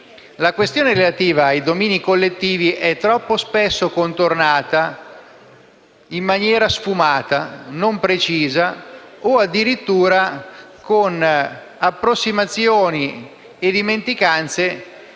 la questione relativa ai domini collettivi è troppo spesso contornata in maniera sfumata, non precisa o addirittura con approssimazioni e dimenticanze